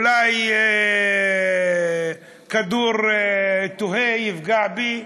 אולי כדור תועה יפגע בי,